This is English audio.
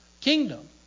kingdom